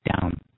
down